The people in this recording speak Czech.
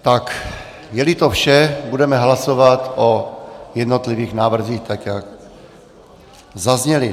Jeli to vše, budeme hlasovat o jednotlivých návrzích tak, jak zazněly.